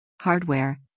Hardware